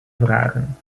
vragen